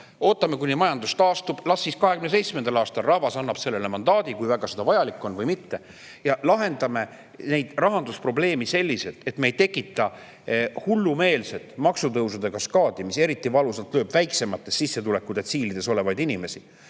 Ootame, kuni majandus taastub, las siis 2027. aastal rahvas annab selleks mandaadi, kui see on väga vajalik, või mitte. Lahendame rahandusprobleeme selliselt, et me ei tekita hullumeelset maksutõusude kaskaadi, mis lööb eriti valusalt väiksemates sissetulekudetsiilides olevaid inimesi.